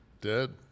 Dead